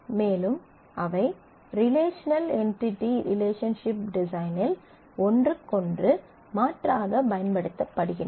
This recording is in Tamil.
மேலும் அவை ரிலேஷனல் என்டிடி ரிலேஷன்ஷிப் டிசைனில் ஒன்றுக்கொன்று மாற்றாகப் பயன்படுத்தப்படுகின்றன